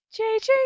JJ